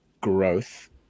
growth